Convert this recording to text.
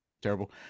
terrible